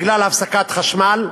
בגלל הפסקת חשמל,